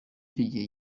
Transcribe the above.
igihe